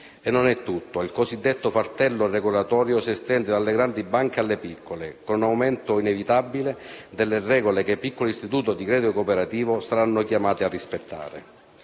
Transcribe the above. E non è tutto: il cosiddetto fardello regolatorio si estende dalle grandi banche alle piccole, con un aumento inevitabile delle regole che i piccoli istituti di credito cooperativo saranno chiamati a rispettare.